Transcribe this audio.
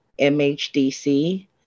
MHDC